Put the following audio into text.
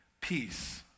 peace